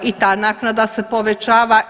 I ta naknada se povećava.